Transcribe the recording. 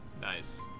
Nice